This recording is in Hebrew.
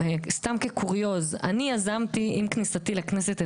סתם כקוריוז: עם כניסתי לכנסת,